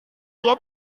dia